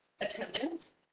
attendance